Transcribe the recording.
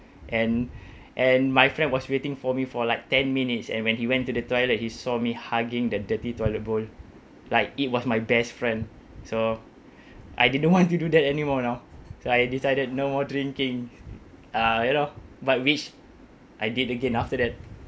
and and my friend was waiting for me for like ten minutes and when he went to the toilet he saw me hugging the dirty toilet bowl like it was my best friend so I didn't want to do that anymore now so I decided no more drinking ah ya loh but which I did again after that